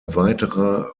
weiterer